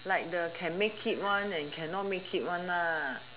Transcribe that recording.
like the can make it one and cannot make it one ah